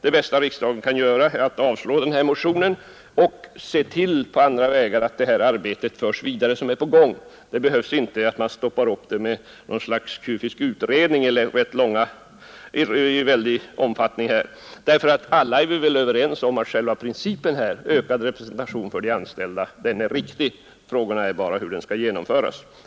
Det bästa riksdagen kan göra är att avslå den här motionen och se till att det arbete som pågår på andra vägar förs vidare; det är inte nödvändigt att stoppa det med någon kufisk utredning av väldig omfattning. Alla är vi väl överens om att själva principen om ökad representation för de anställda är riktig; frågan är bara hur den skall genomföras.